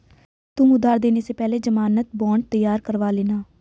तुम उधार देने से पहले ज़मानत बॉन्ड तैयार करवा लेना